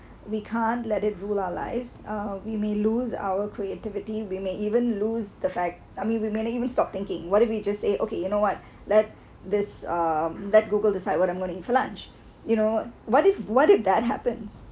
we can't let it rule our lives uh we may lose our creativity we may even lose the fact I mean with may even stop thinking what if we just say okay you know what let this um let google decide what I'm going eat for lunch you know what if what if that happens